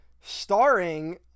starring